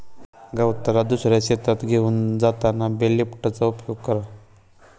गवताला दुसऱ्या शेतात घेऊन जाताना बेल लिफ्टरचा उपयोग करा